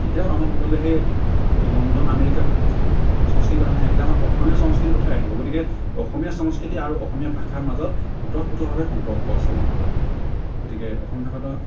তেতিয়াও আমাৰ মনলৈ সেই লণ্ডন আমেৰিকা সংস্কৃতিৰ কথা নাহে তেতিয়া আমাৰ অসমীয়া সংস্কৃতিৰ কথাই আহিব গতিকে অসমীয়া সংস্কৃতি আৰু অসমীয়া ভাষাৰ মাজত ওতঃপ্ৰোতভাৱে সম্পৰ্ক আছে মই ভবাত গতিকে অসমীয়া ভাষাটো